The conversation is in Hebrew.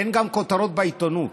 אין גם כותרות בעיתונות,